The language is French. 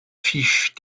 fiche